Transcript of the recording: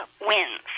wins